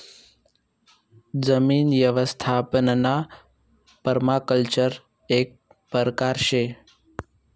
जमीन यवस्थापनना पर्माकल्चर एक परकार शे